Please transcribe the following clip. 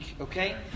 okay